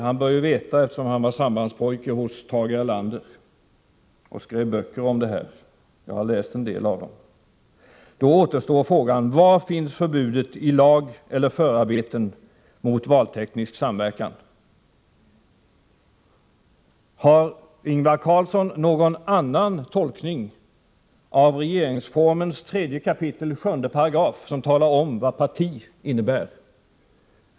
Han bör ju veta, eftersom han var sambandspojke hos Tage Erlander och skrev böcker om detta — jag har läst en del av detta material. Då återstår frågan: Var finns förbudet — i lag eller förarbeten — mot valteknisk samverkan? Har Ingvar Carlsson någon annan tolkning av regeringsformens 3 kap. 7 §, som talar om vad parti innebär?